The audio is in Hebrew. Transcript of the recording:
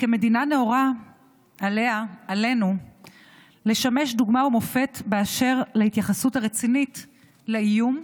כמדינה נאורה עלינו לשמש דוגמה ומופת באשר להתייחסות הרצינית לאיום,